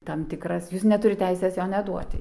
tam tikras jūs neturit teisės jo neduoti